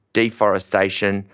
deforestation